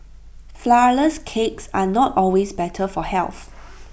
Flourless Cakes are not always better for health